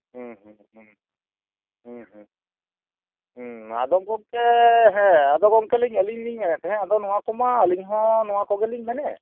ᱦᱩᱸ ᱦᱩᱸ ᱦᱩᱸ ᱦᱩᱸ ᱦᱩᱸ ᱦᱩᱸ ᱟᱫᱚ ᱜᱚᱝᱠᱮ ᱦᱮᱸ ᱟᱫᱚ ᱜᱚᱝᱠᱮ ᱟᱞᱤᱧ ᱞᱤᱧ ᱢᱮᱱᱮᱛᱫ ᱛᱟᱦᱮᱸᱫ ᱟᱫᱚ ᱱᱚᱣᱟ ᱠᱚᱢᱟ ᱟᱞᱤᱧ ᱦᱚᱸ ᱱᱚᱠᱟ ᱠᱚᱜᱮᱞᱤᱧ ᱢᱮᱱᱮᱛ